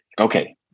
okay